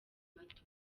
bato